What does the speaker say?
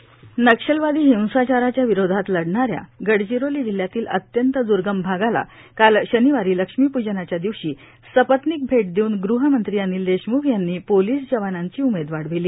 गहमंत्री देशम्ख नक्षलवादी हिंसाचाराच्या विरोधात लढणाऱ्या गडचिरोली जिल्ह्यातील अत्यंत द्र्गम भागाला काल शनिवारी लक्ष्मी पूजनाच्या दिवशी सपत्नीक भेट देऊन गृह मंत्री अनिल देशम्ख यांनी पोलीस जवानांची उमेद वाढविली